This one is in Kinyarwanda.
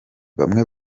bamwe